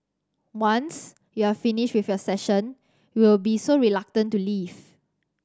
once you're finished with your session you'll be so reluctant to leave